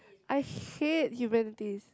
I hate humanities